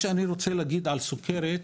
על סוכרת,